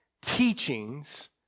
teachings